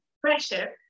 pressure